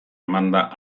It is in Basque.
emanda